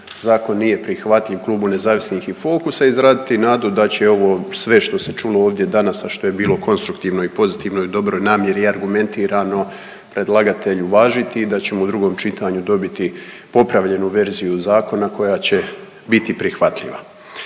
zakon nije prihvatljiv klubu nezavisnih i Fokusa. Izraziti nadu da će ovo sve što se čulo ovdje danas, a što je bilo konstruktivno i pozitivno i u dobroj namjeri i argumentirano, predlagatelj uvažiti i da ćemo u drugom čitanju dobiti popravljenu verziju zakona koja će biti prihvatljiva.